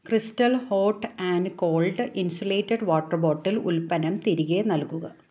crystal hot and cold insulated water bottle ഉത്പന്നം തിരികെ നൽകുക